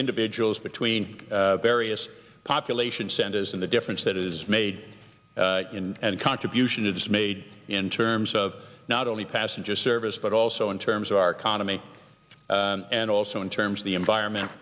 individuals between various population centers in the difference that is made and contribution to this made in terms of not only passenger service but also in terms of our economy and also in terms of the environment